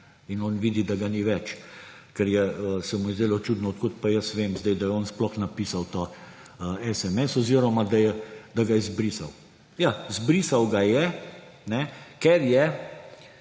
in on vidi, da ga ni več ‒, ker se mu je zdelo čudno, od kod pa jaz vem sedaj, da je on sploh napisal SMS oziroma da ga je izbrisal. Ja, izbrisal ga je, ker je